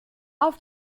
auf